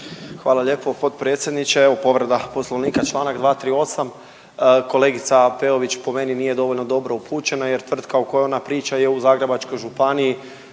Hvala lijepo potpredsjedniče, evo povreda Poslovnika čl. 238, kolegica Peović po meni nije dovoljno dobro upućena jer tvrtka o kojoj ona priča je u Zagrebačkoj županiji